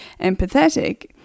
empathetic